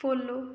follow